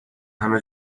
همه